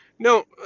No